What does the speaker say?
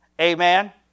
Amen